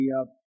up